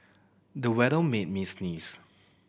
the weather made me sneeze